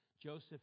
Joseph